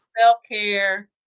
self-care